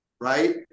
right